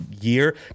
year